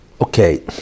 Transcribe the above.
okay